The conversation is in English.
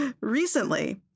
Recently